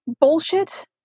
bullshit